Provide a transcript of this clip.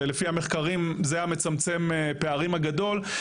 שלפי המחקרים זה המצמצם פערים הגדול,